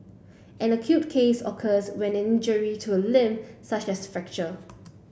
an acute case occurs when injury to a limb such as fracture